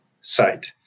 site